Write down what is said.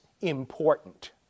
important